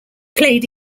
played